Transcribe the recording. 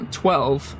twelve